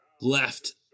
left